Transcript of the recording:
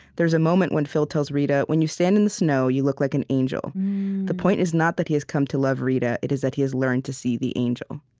moment when phil tells rita, when you stand in the snow, you look like an angel the point is not that he has come to love rita. it is that he has learned to see the angel.